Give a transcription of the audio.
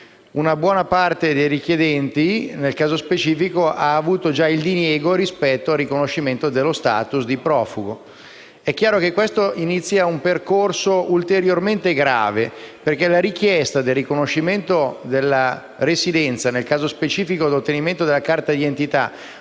Una buona parte dei richiedenti, nel caso specifico, ha avuto già un diniego del riconoscimento dello *status* di profugo. Ciò determina chiaramente l'avvio di un percorso ulteriormente grave. Infatti, la richiesta del riconoscimento della residenza e, nel caso specifico, l'ottenimento della carta d'identità,